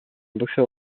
boxeur